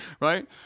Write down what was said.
Right